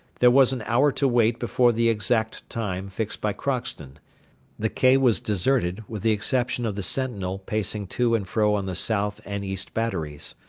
there was an hour to wait before the exact time fixed by crockston the quay was deserted, with the exception of the sentinel pacing to and fro on the south and east batteries.